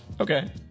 Okay